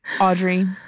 Audrey